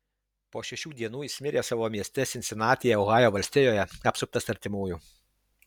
po šešių dienų jis mirė savo mieste sinsinatyje ohajo valstijoje apsuptas artimųjų